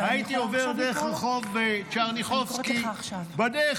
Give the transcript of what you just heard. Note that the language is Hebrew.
הייתי עובר דרך רחוב טשרניחובסקי בדרך